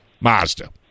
Mazda